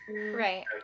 Right